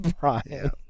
Brian